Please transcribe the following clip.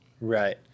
Right